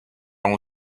own